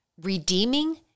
redeeming